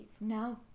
No